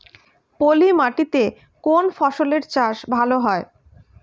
পলি মাটিতে কোন ফসলের চাষ ভালো হয়?